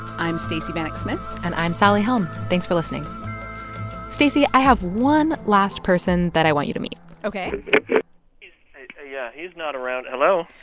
i'm stacey vanek-smith and i'm sally helm. thanks for listening stacey, i have one last person that i want you to meet ok yeah he's not around. hello?